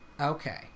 Okay